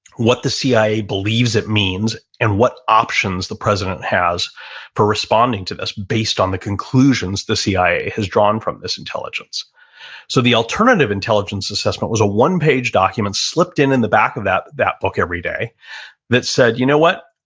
what the cia believes it means and what options the president has for responding to this based on the conclusions the cia has drawn from this intelligence so, the alternative intelligence assessment was a one page document slipped in in the back of that, that book every day that said, you know what?